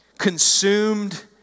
consumed